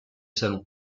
jeu